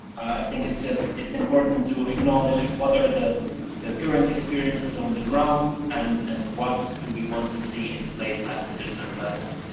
i think it's just it's important to acknowledge whether the the current experiences on the ground and and what do we want to see in place at the different levels.